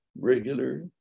regular